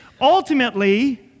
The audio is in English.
Ultimately